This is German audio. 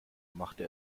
machte